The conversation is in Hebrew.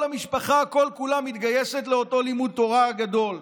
המשפחה כולה מתגייסת לאותו לימוד תורה גדול.